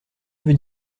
veut